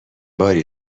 باری